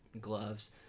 gloves